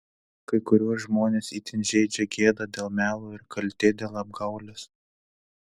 kai kuriuos žmones itin žeidžia gėda dėl melo ir kaltė dėl apgaulės